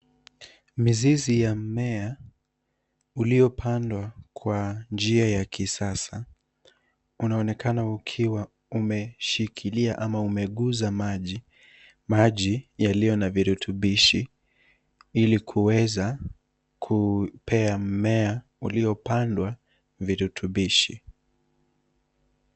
Mizizi ya mmea uliopandwa kwa njia ya kisasa, unaonekana ukiwa umeshikilia ama umeguza maji. Maji yalio na virutubishi ili kuweza kupea mmea uliopandwa virutubishi.